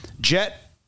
Jet